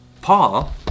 Paul